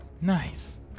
Nice